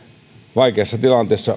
vaikeassa tilanteessa